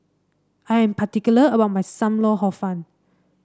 I am particular about my Sam Lau Hor Fun